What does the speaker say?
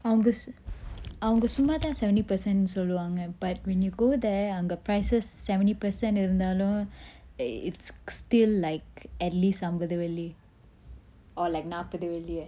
அவங்க அவங்க சும்மா தான்:avanga avanga summa than seventy percent சொல்லுவாங்க:solluvanga but when you go there the prices seventy percent இருந்தாலும்:irunthalum it's still like at least அம்பது வெள்ளி:ambathu velli or like நாப்பது வெள்ளி:nappathu velli